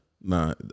Nah